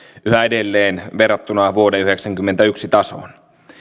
yhä edelleen verrattuna vuoden yhdeksänkymmentäyksi tasoon